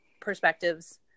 perspectives